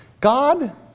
God